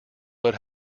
but